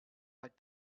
like